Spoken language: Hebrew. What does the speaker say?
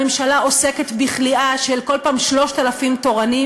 הממשלה עוסקת בכליאה כל פעם של 3,000 תורנים,